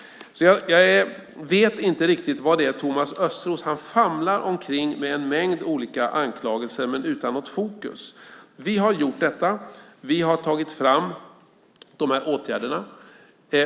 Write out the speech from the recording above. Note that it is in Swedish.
Thomas Östros famlar omkring med en mängd olika anklagelser men utan något fokus. Vi har gjort detta. Vi har tagit fram de här åtgärderna.